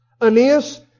Aeneas